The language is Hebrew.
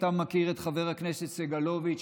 אתה מכיר את חבר הכנסת סגלוביץ',